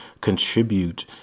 contribute